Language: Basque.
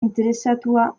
interesatua